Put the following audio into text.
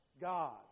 God